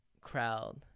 crowd